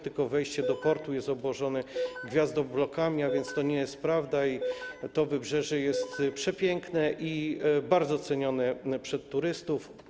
Tylko wejście do portu jest obłożone gwiazdoblokami, a więc to nie jest prawda, to wybrzeże jest przepiękne i bardzo cenione przez turystów.